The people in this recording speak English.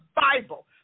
Bible